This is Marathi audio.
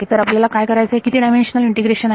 तर आपल्याला काय करायचे किती डायमेन्शनल इंटिग्रेशन आहे